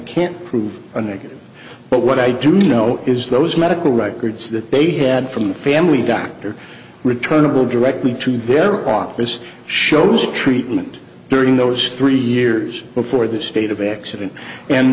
can't prove a negative but what i do know is those medical records that they had from the family doctor returnable directly to their office shows treatment during those three years before the state of accident and